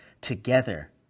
together